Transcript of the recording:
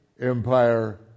empire